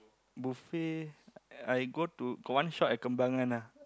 buffet I go to got one shop at Kembangan ah